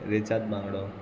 रेचाद बांगडो